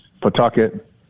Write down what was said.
Pawtucket